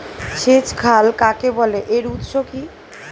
সেচ খাল কাকে বলে এর উৎস কি?